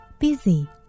Busy